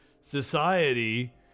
society